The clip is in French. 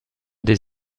des